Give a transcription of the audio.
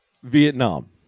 Vietnam